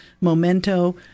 memento